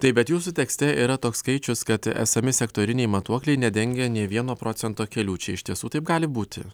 taip bet jūsų tekste yra toks skaičius kad esami sektoriniai matuokliai nedengia nei vieno procento kelių čia iš tiesų taip gali būti